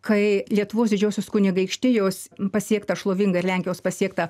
kai lietuvos didžiosios kunigaikštijos pasiekta šlovinga ir lenkijos pasiekta